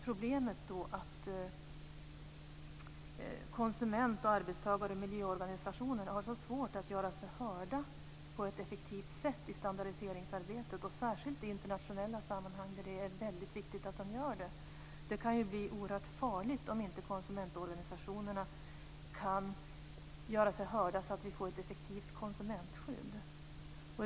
Problemet är att konsumenter, arbetstagare och miljöorganisationer har svårt att göra sig hörda på ett effektivt sätt i standardiseringsarbetet. Det är väldigt viktigt att de kan göra det, och då särskilt i internationella sammanhang. Det kan bli oerhört farligt om konsumentorganisationerna inte kan göra sig hörda så att vi får ett effektivt konsumentskydd.